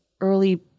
early